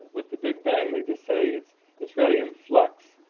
with the big bang, they just say it's it's really in flux.